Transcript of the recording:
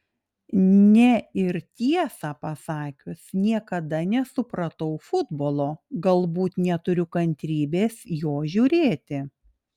ne ir tiesą pasakius niekada nesupratau futbolo galbūt neturiu kantrybės jo žiūrėti